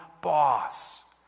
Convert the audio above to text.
boss